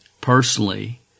personally